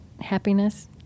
happiness